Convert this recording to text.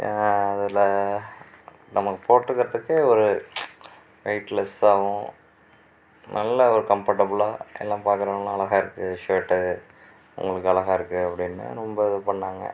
அதில் நம்ம போட்டுக்கிறதுக்கு ஒரு வெயிட்லெஸ்சாகவும் நல்லா ஒரு கம்ஃபர்டபிளாக எல்லாம் பார்க்குறவங்களா அழகாக இருக்குது ஷேர்ட்டு உங்களுக்கு அழகாக இருக்குது அப்படினு ரொம்ப இது பண்ணாங்க